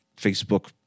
facebook